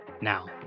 now